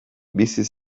bizi